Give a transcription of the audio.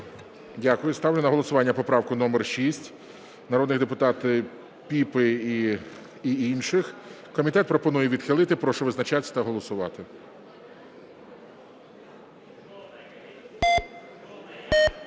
Дякую. Ставлю на голосування поправку номер 6 народної депутатки Піпи і інших. Комітет пропонує відхилити. Прошу визначатись та голосувати.